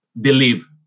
believe